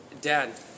Dad